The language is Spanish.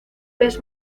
pez